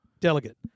Delegate